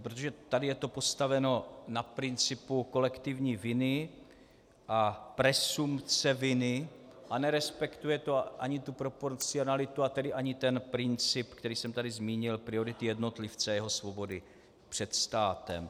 Protože tady je to postaveno na principu kolektivní viny a presumpce viny a nerespektuje to ani tu proporcionalitu, a tedy ani ten princip, který jsem tady zmínil, priorit jednotlivce, jeho svobody před státem.